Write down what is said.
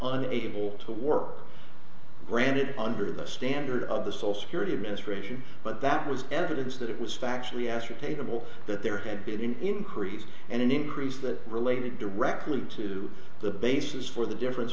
and able to work granted under the standard of the social security administration but that was evidence that it was factually ascertainable that there had been an increase and an increase that related directly to the basis for the difference